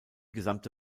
gesamte